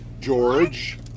George